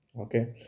Okay